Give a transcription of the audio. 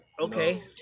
Okay